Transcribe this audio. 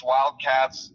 Wildcats